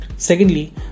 Secondly